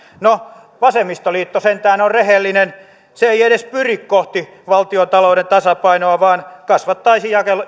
no vasemmistoliitto sentään on rehellinen se ei edes pyri kohti valtiontalouden tasapainoa vaan kasvattaisi